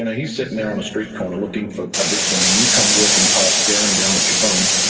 and he's sitting there on a street corner looking for a victim and you come walking past staring down at your phone,